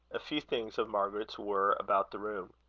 a few things of margaret's were about the room.